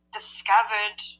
discovered